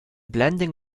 blending